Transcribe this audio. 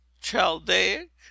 Chaldaic